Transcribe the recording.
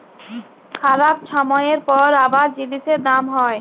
খারাপ ছময়ের পর আবার জিলিসের দাম হ্যয়